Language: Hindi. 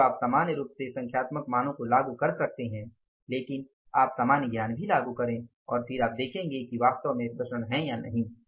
तो आप सामान्य रूप से संख्यात्मक मानों को लागू कर सकते हैं लेकिन आप सामान्य ज्ञान भी लागू करें और फिर आप देखेंगे हैं कि क्या वास्तव में विचरण हैं या नहीं हैं